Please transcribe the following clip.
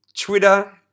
Twitter